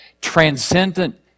transcendent